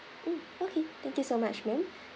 mm okay thank you so much ma'am